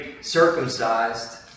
circumcised